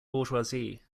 bourgeoisie